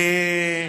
מוחלשת.